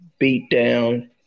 beatdown